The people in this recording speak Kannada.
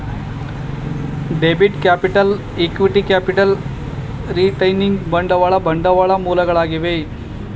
debit capital, equity capital, retaining ಬಂಡವಾಳ ಬಂಡವಾಳದ ಮೂಲಗಳಾಗಿವೆ